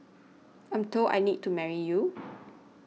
I'm told I need to marry you